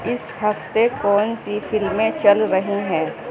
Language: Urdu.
اس ہفتے کون سی فلمیں چل رہیں ہیں